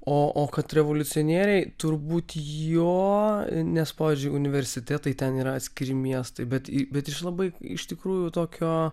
o o kad revoliucionieriai turbūt jo nes pavyzdžiui universitetai ten yra atskiri miestai bet į bet iš labai iš tikrųjų tokio